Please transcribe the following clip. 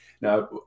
Now